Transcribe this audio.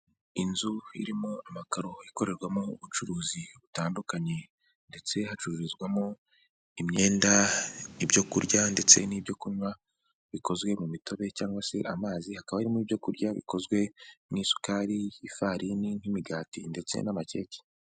Inzu irimo amakaro, ikorerwamo ubucuruzi butandukanye ndetse hacururizwamo imyenda, ibyo kurya ndetse n'ibyo kunywa bikozwe mu mitobe cyangwa se amazi, hakaba harimo ibyo kurya bikozwe mu isukari, ifarini, nk'imigati ndetse n'amacyecye.